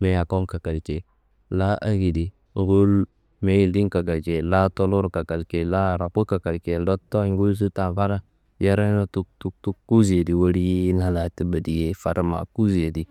mewu n yaku n kakalcei, la akedi nguwul mewu n yindi n kakalcei, laa tulur kakalcei, laa araku kakalcei. Ndotto wayi nguwul sutta fada yernena tuk tuk tuk kuzi yedi wilina la tullo diye, fada ma kuzi yedi.